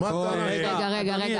רגע, רגע.